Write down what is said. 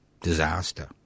disaster